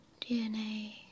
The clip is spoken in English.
DNA